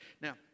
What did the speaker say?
Now